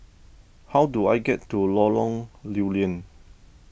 how do I get to Lorong Lew Lian